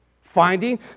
Finding